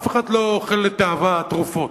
אף אחד לא אוכל לתאווה תרופות.